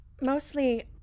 Mostly